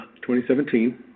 2017